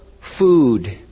food